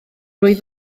wyf